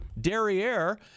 derriere